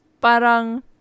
parang